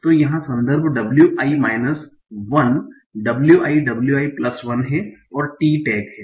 तो यहाँ संदर्भ w i minus 1 w i w i plus 1 है और t टैग है